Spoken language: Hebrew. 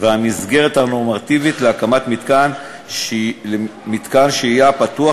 והמסגרת הנורמטיבית להקמת מתקן שהייה פתוח